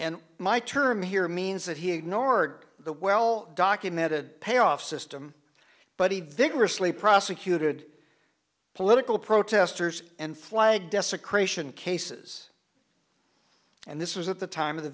and my term here means that he ignored the well documented payoff system but he vigorously prosecuted political protestors and flag desecration cases and this was at the time